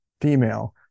female